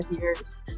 years